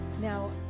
Now